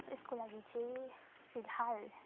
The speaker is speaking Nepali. यसको लागि चाहिँ फिलहाल